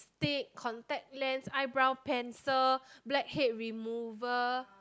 stick contact lens eyebrow pencil blackhead remover